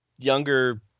younger